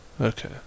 Okay